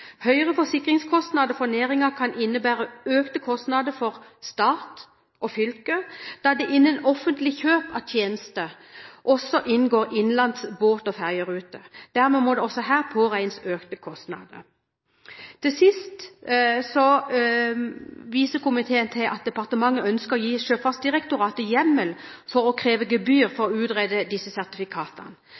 Høyere forsikringskostnader for næringen kan innebære økte kostnader for stat og fylke, da det innen offentlig kjøp av tjenester også inngår innenlands båt- og fergeruter. Dermed må det også her påregnes økte kostnader. Til sist viser komiteen til at departementet ønsker å gi Sjøfartsdirektoratet hjemmel for å kreve gebyr for å utrede disse sertifikatene